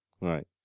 Right